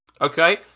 Okay